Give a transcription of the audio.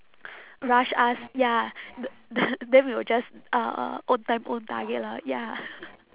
rush us ya th~ the~ then we will just uh own time own target lah ya